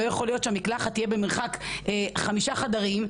לא יכול להיות שהמקלחת תהיה במרחק חמישה חדרים,